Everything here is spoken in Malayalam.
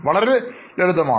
വളരെ ലളിതമാണ്